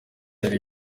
hari